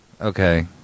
Okay